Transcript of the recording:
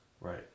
Right